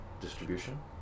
distribution